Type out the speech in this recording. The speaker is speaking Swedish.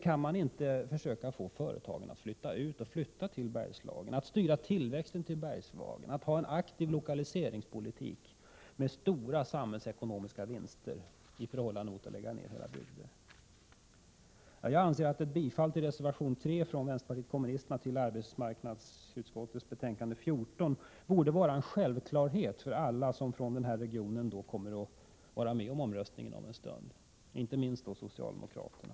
Kan man inte få företagen att flytta till Bergslagen, styra tillväxten till Bergslagen, ha en aktiv lokaliseringspolitik med stora samhällsekonomiska vinster i förhållande till att lägga ner hela bygder? Jag anser att ett bifall till reservation 3 från vänsterpartiet kommunisterna till arbetsmarknadsutskottets betänkande 14 borde vara en självklarhet för alla som från den här regionen kommer att vara med om omröstningen om en stund, inte minst socialdemokraterna.